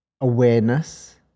awareness